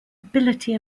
ability